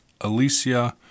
Alicia